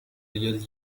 real